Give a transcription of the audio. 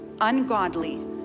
ungodly